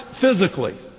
physically